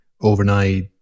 overnight